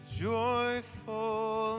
Joyful